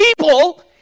people